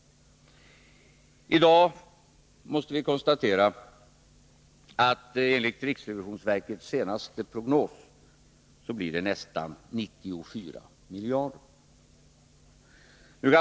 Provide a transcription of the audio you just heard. I dag måste vi konstatera att det, enligt riksrevisionsverkets senaste prognos, blir nästan 94 miljarder.